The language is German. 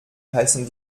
heißen